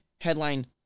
headline